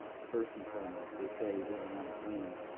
first and foremost. they say, you know when you're on a plane,